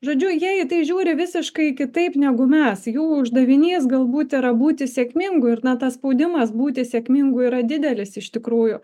žodžiu jie į tai žiūri visiškai kitaip negu mes jų uždavinys galbūt yra būti sėkmingu ir na tas spaudimas būti sėkmingu yra didelis iš tikrųjų